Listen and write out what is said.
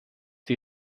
die